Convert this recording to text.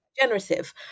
generative